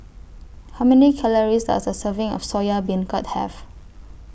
How Many Calories Does A Serving of Soya Beancurd Have